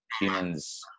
humans